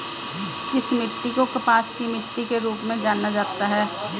किस मिट्टी को कपास की मिट्टी के रूप में जाना जाता है?